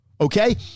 okay